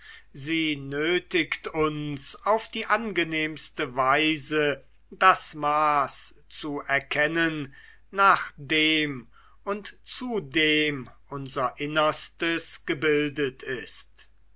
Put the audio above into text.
sie nötigt uns auf die angenehmste weise das maß zu erkennen nach dem und zu dem unser innerstes gebildet ist